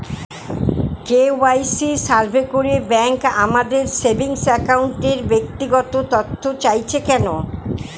KYC survey করে bank আমাদের saving অ্যাকাউন্টের ব্যক্তিগত তথ্য চাইছে কেন?